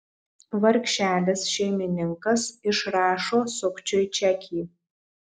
vargšelis šeimininkas išrašo sukčiui čekį